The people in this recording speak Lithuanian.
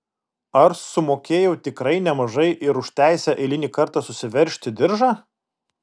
ar sumokėjau tikrai nemažai ir už teisę eilinį kartą susiveržti diržą